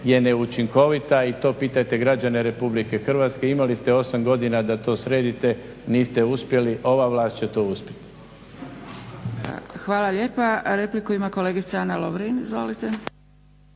je neučinkovita i to pitajte građane Republike Hrvatske. Imali ste 8 godina da to sredite niste uspjeli, ova vlast će to uspjeti. **Zgrebec, Dragica (SDP)** Hvala lijepa. Repliku ima kolegica Ana Lovrin. Izvolite.